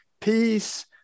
peace